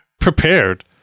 Prepared